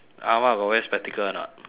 ah ma got wear spectacle or not